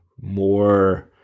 more